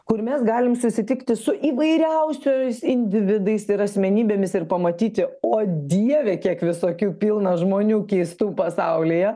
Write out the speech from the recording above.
kur mes galim susitikti su įvairiausiomis individais ir asmenybėmis ir pamatyti o dieve kiek visokių pilna žmonių keistų pasaulyje